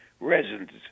residents